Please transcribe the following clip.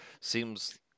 seems